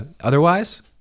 Otherwise